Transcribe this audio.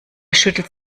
schüttelt